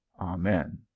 Amen